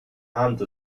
and